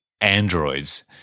androids